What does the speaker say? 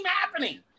happening